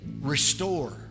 Restore